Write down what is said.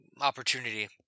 opportunity